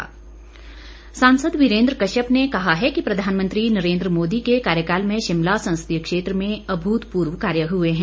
वीरेन्द्र कश्यप सांसद वीरेन्द्र कश्यप ने कहा है कि प्रधानमंत्री नरेन्द्र मोदी के कार्यकाल में शिमला संसदीय क्षेत्र में अभृतपूर्व कार्य हए हैं